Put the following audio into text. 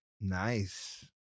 Nice